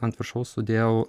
ant viršaus sudėjau